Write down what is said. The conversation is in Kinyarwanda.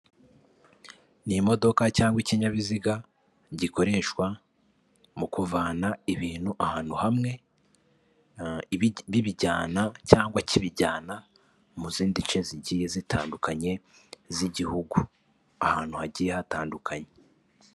Ni imodoka cyangwa ikinyabiziga gikoreshwa mu kuvana ibintu ahantu hamwe bibijyana cyangwa kibijyana mu zindi nce zigiye zitandukanye z'igihugu, ahantu hagiye hatandukanye.